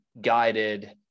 guided